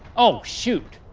oh, shoot,